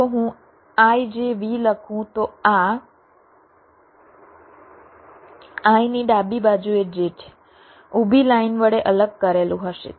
જો હું ijV લખું તો આ I ની ડાબી બાજુએ j છે ઊભી લાઇન વડે અલગ કરેલું હશે